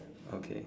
okay